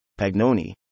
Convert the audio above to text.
Pagnoni